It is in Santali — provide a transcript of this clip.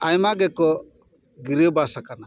ᱟᱭᱢᱟ ᱜᱮᱠᱚ ᱜᱤᱨᱟᱹᱵᱟᱥ ᱟᱠᱟᱱᱟ